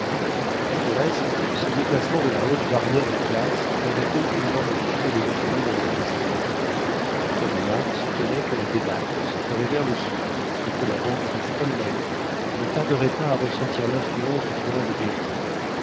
du reste ce déplacement de la haute barrière de glace n'avait aucunement modifié les opinions de la jeune esquimaude kalumah soutenait que la débâcle se ferait vers le sud et que la banquise elle-même ne tarderait pas à ressentir l'influence du courant de behring